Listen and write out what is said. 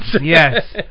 Yes